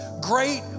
great